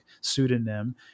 pseudonym –